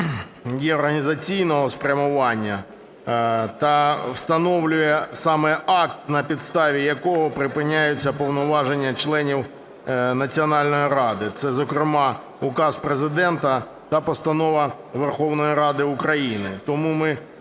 є організаційного спрямування та встановлює саме акт, на підставі якого припиняються повноваження членів Національної ради. Це, зокрема, Указ Президента та Постанова Верховної Ради України. Тому ми